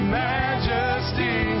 majesty